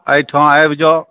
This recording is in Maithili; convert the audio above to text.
एहिठाम आबि जाउ